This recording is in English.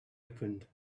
opened